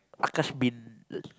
Akash-Bin uh